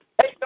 Hey